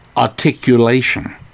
articulation